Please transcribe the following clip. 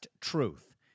Truth